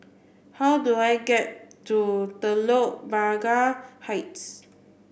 how do I get to Telok Blangah Heights